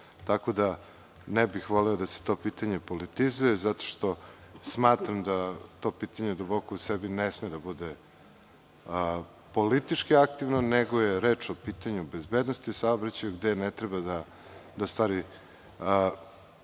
tako da ne bih voleo da se to pitanje politizuje zato što smatram da to pitanje duboko u sebi ne sme da bude politički aktivno, nego je reč o pitanju bezbednosti u saobraćaju, gde ne treba da stvari